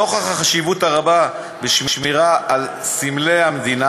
נוכח החשיבות הרבה בשמירה על סמלי המדינה,